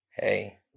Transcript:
Hey